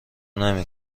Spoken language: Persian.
نمی